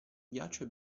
ghiaccio